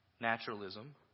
naturalism